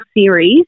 series